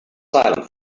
silent